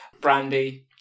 Brandy